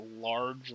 large